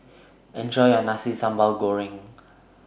Enjoy your Nasi Sambal Goreng